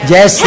Yes